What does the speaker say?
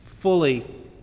fully